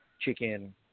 chicken